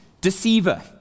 deceiver